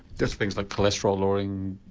that's things like cholesterol lowering,